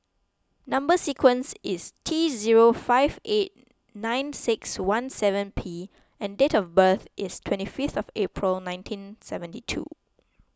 Number Sequence is T zero five eight nine six one seven P and date of birth is twenty fifth of April nineteen seventy two